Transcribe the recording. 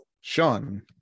Sean